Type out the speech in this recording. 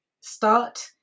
start